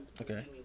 Okay